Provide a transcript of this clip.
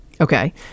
okay